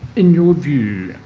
in your view,